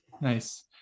Nice